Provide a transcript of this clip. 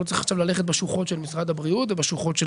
לא צריך עכשיו ללכת בשוחות של משרד הבריאות ובשוחות של